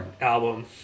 album